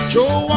Joe